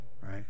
right